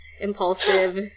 impulsive